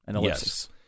Yes